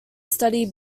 study